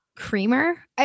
creamer